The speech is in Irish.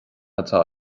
atá